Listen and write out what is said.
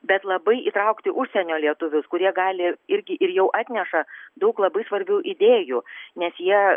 bet labai įtraukti užsienio lietuvius kurie gali irgi ir jau atneša daug labai svarbių idėjų nes jie